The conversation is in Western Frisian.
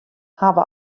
hawwe